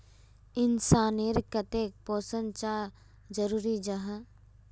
इंसान नेर केते पोषण चाँ जरूरी जाहा?